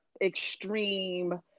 extreme